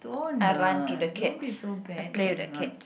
I run to the cats I play with the cats